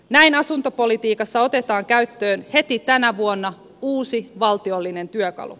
näin asuntopolitiikassa otetaan käyttöön heti tänä vuonna uusi valtiollinen työkalu